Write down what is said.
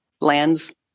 lands